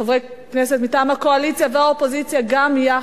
חברי כנסת מטעם הקואליציה והאופוזיציה גם יחד,